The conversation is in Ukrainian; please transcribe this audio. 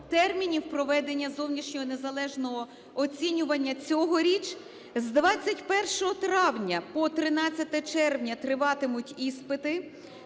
термінів проведення зовнішнього незалежного оцінювання цьогоріч. З 21 травня по 13 червня триватимуть іспити.